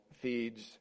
feeds